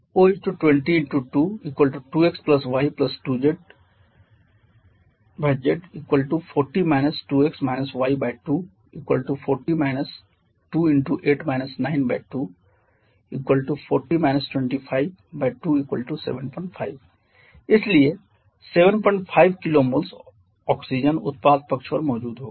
O 20 × 2 2x y 2z 🡺 z 40 - 2x - y2 40 - 2 × 8 - 92 40 - 252 75 इसलिए 75 kmols oxygen उत्पाद पक्ष पर मौजूद होगा